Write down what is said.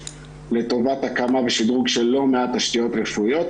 לטובת הקמה ושדרוג של לא מעט תשתיות רפואיות,